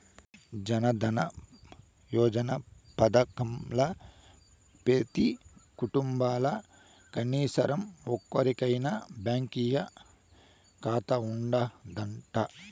జనదన యోజన పదకంల పెతీ కుటుంబంల కనీసరం ఒక్కోరికైనా బాంకీ కాతా ఉండాదట